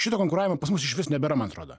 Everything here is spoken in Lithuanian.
šito konkuravimo pas mus išvis nebėra man atrodo